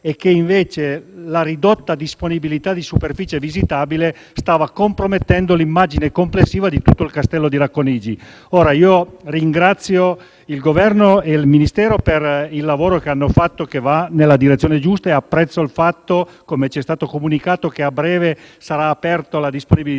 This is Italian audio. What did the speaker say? e che la ridotta disponibilità di superficie visitabile stava compromettendo l'immagine complessiva di tutto il castello di Racconigi. Ringrazio il Governo e il Ministero per il lavoro che hanno fatto, che va nella direzione giusta. Apprezzo il fatto, come ci è stato comunicato, che a breve sarà aperto alla visita